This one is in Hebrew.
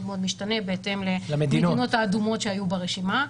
משתנה בהתאם למדינות האדומות שהיו ברשימה.